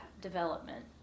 development